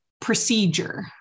procedure